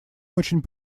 очень